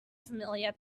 familiar